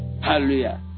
Hallelujah